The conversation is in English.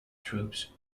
troops